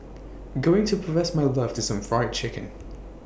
going to profess my love to some Fried Chicken